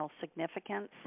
Significance